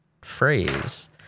phrase